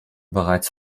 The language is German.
bereits